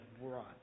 brought